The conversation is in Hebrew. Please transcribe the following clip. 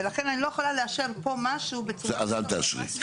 ולכן אני לא יכולה לאשר פה משהו --- אז אל תאשרי.